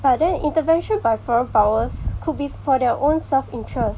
but then intervention by foreign powers could be for their own self interest